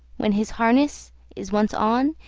when his harness is once on,